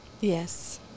Yes